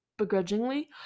begrudgingly